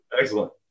Excellent